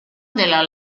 della